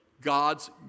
God's